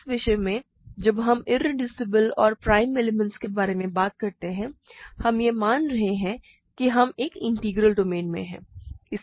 इस विषय में जब हम इरेड्यूसिबल और प्राइम एलिमेंट्स के बारे में बात करते हैं हम यह मान रहे हैं कि हम एक इंटीग्रल डोमेन में हैं